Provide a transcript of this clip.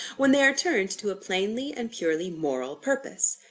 when they are turned to a plainly and purely moral purpose.